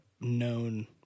known